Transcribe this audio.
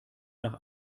nach